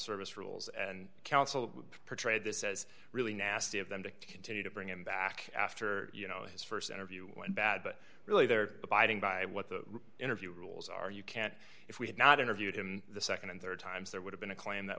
service rules and counsel portrayed this as really nasty of them to continue to bring him back after you know his st interview went bad but really they're abiding by what the interview rules are you can't if we had not interviewed him the nd and rd times there would have been a claim that